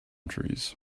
trees